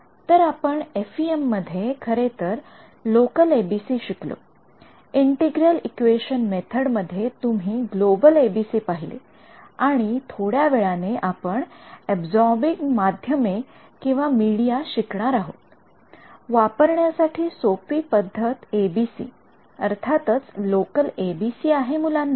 तर आपण एफइएम मध्ये खरेतर लोकल एबीसी शिकलो इंटेग्रल इक्वेशन मेथड मध्ये तुम्ही ग्लोबल एबीसी पाहिले आणि थोड्या वेळाने आपण अबसॉरबिंग माध्यमे मीडिया शिकणार आहोत वापरण्या साठी सर्वात सोप्पी एबीसी अर्थातच लोकल एबीसी आहे मुलांनो